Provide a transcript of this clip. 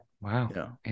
Wow